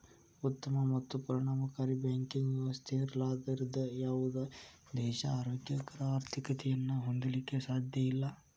ಉತ್ತಮ ಮತ್ತು ಪರಿಣಾಮಕಾರಿ ಬ್ಯಾಂಕಿಂಗ್ ವ್ಯವಸ್ಥೆ ಇರ್ಲಾರ್ದ ಯಾವುದ ದೇಶಾ ಆರೋಗ್ಯಕರ ಆರ್ಥಿಕತೆಯನ್ನ ಹೊಂದಲಿಕ್ಕೆ ಸಾಧ್ಯಇಲ್ಲಾ